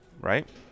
right